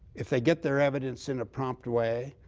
if they get their evidence in a prompt way,